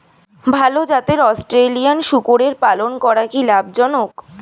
ভাল জাতের অস্ট্রেলিয়ান শূকরের পালন করা কী লাভ জনক?